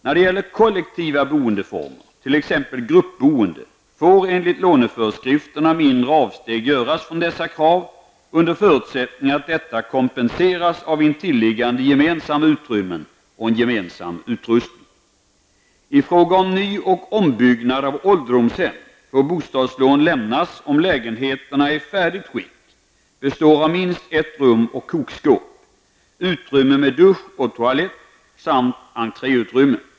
När det gäller kollektiva boendeformer, t.ex. gruppboende, får enligt låneföreskrifterna mindre avsteg göras från dessa krav under förutsättning att detta kompenseras av intilliggande gemensamma utrymmen och gemensam utrustning. I fråga om ny och ombyggnad av ålderdomshem får bostadslån lämnas om lägenheterna i färdigt skick består av minst ett rum och kokskåp, utrymme med dusch och toalett samt entréutrymme.